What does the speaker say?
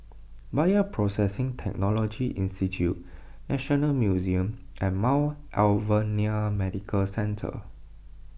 Bioprocessing Technology Institute National Museum and Mount Alvernia Medical Centre